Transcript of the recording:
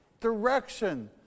direction